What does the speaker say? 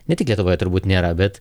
ne tik lietuvoje turbūt nėra bet